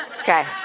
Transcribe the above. Okay